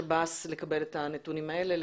לשב"ס לקבל את הנתונים האלה.